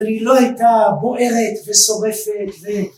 ‫היא לא הייתה בוערת ושורפת ו...